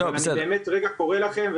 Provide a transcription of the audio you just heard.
אבל אני באמת רגע אחד קורא לכם,